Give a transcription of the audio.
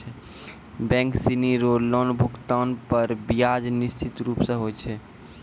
bank सिनी रो loan भुगतान पर ब्याज निश्चित रूप स होय छै